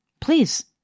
please